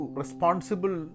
responsible